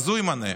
הוא ימנה.